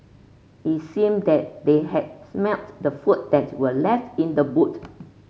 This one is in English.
it seemed that they had smelt the food that were left in the boot